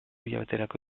hilabeterako